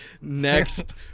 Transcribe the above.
Next